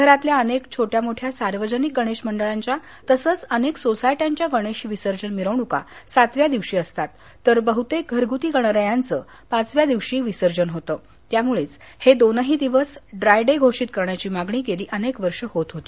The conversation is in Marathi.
शहरातल्या अनेक छोट्या मोठ्या सार्वजनिक गणेश मंडळांच्या तसंच अनेक सोसायट्यांच्या गणेश विसर्जन मिरवणुका सातव्या दिवशी असतात तर बहुतेक घरगुती गणरायांचं पाचव्या दिवशी विसर्जन होतं त्यामुळेच हे दोन दिवसही ड्राय डे घोषित करण्याची मागणी गेली अनेक वर्षे होत होती